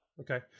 Okay